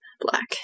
black